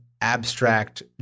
abstract